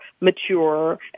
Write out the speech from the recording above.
mature